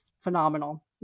phenomenal